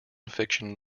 fiction